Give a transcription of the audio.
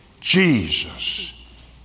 Jesus